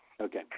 Okay